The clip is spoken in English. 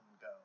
go